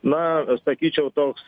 na sakyčiau toks